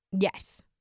Yes